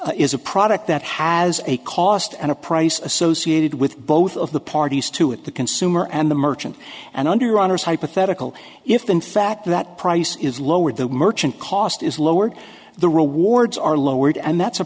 transaction is a product that has a cost and a price associated with both of the parties to it the consumer and the merchant and underwriters hypothetical if in fact that price is lowered the merchant cost is lowered the rewards are lowered and that's a